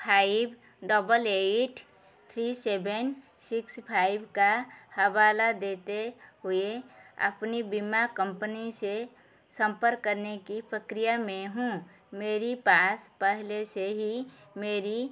five double eight three seven six five का हवाला देते हुए अपनी बीमा कंपनी से संपर्क करने की प्रक्रिया में हूँ मेरी पास पहले से ही मेरी